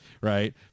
right